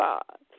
God